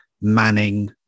manning